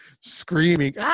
screaming